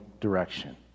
direction